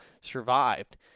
survived